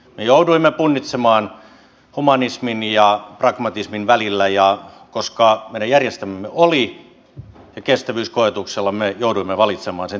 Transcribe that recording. me jouduimme punnitsemaan humanismin ja pragmatismin välillä ja koska meidän järjestelmämme ja sen kestävyys oli koetuksella me jouduimme valitsemaan sen tiukentamisen linjan